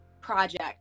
project